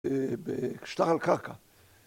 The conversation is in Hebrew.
‫בקשתה על קרקע.